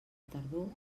tardor